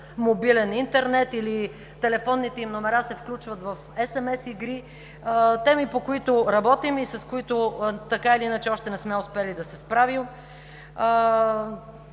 мобилен интернет, или телефонните им номера се включват в SMS-игри. Теми, по които работим, и с които така или иначе още не сме успели да се справим.